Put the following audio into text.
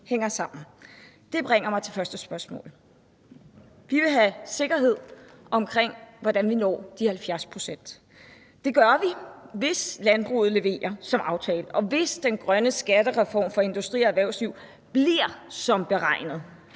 hænger sammen. Det bringer mig til første spørgsmål. Vi vil have sikkerhed omkring, hvordan vi når de 70 pct. Det gør vi, hvis landbruget leverer som aftalt, og hvis den grønne skattereform for industri og erhvervsliv bliver som beregnet,